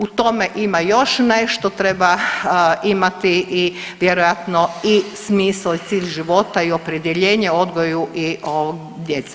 U tome ima još nešto, treba imati i vjerojatno i smisao i cilj života i opredjeljenje o odgoju i o djece.